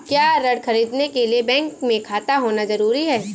क्या ऋण ख़रीदने के लिए बैंक में खाता होना जरूरी है?